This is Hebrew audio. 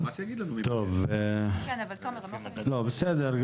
לא, בסדר.